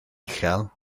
uchel